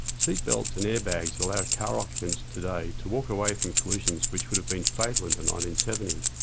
seat belts and airbags allow car occupants today to walk away from collisions which would have been fatal in the nineteen seventy s.